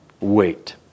wait